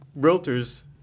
realtors –